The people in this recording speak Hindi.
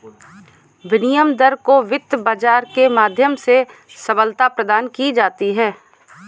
विनिमय दर को वित्त बाजार के माध्यम से सबलता प्रदान की जाती है